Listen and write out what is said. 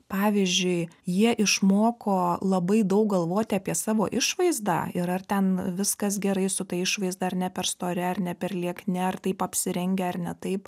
pavyzdžiui jie išmoko labai daug galvoti apie savo išvaizdą ir ar ten viskas gerai su ta išvaizda ar ne per stori ar ne per liekni ar taip apsirengę ar ne taip